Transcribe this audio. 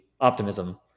optimism